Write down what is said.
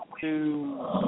two